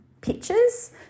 pictures